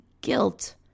Guilt